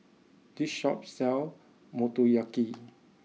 this shop sell Motoyaki